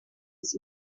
its